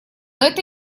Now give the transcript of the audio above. это